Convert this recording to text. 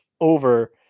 over